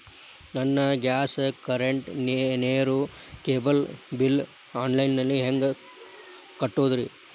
ನನ್ನ gas, current, ನೇರು, cable bill online ನಲ್ಲಿ ಹೆಂಗ್ ಕಟ್ಟೋದ್ರಿ?